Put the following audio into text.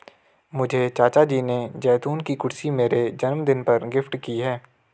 मुझे चाचा जी ने जैतून की कुर्सी मेरे जन्मदिन पर गिफ्ट की है